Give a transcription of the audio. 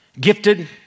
gifted